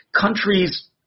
countries